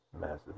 Massive